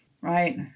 right